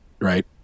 right